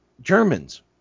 Germans